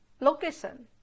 location